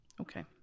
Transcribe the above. Okay